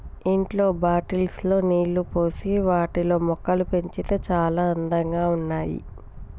ఇంట్లో బాటిల్స్ లో నీళ్లు పోసి వాటిలో మొక్కలు పెడితే చాల అందంగా ఉన్నాయి